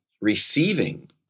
receiving